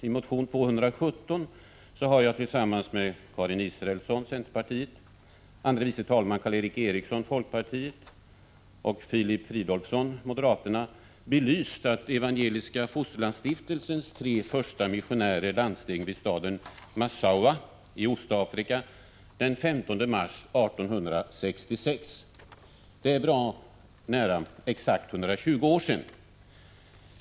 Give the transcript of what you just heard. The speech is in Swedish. I motion U217 har jag tillsammans med Karin Israelsson, centerpartiet, andre vice talman Karl Erik Eriksson, folkpartiet, och Filip Fridolfsson, moderaterna, belyst att Evangeliska fosterlandsstiftelsens tre första missionärer landsteg vid staden Massaua i Östafrika den 15 mars 1866. Det är bra nära exakt 120 år sedan.